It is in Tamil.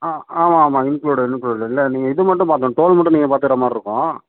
ஆ ஆமாம் ஆமாம் இன்குளூடட் இன்குளூடட் இல்லை நீங்கள் இது மட்டும் பார்த்துக்கணும் டோல் மட்டும் நீங்கள் பார்த்துக்கறமாரி இருக்கும்